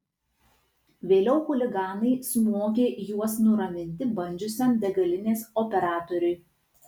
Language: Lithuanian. vėliau chuliganai smogė juos nuraminti bandžiusiam degalinės operatoriui